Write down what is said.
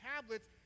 tablets